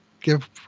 give